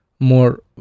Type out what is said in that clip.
more